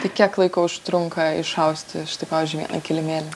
tai kiek laiko užtrunka išausti štai pavyzdžiui vieną kilimėlį